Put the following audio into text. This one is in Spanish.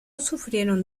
sufrieron